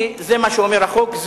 כי זה מה שאומר החוק,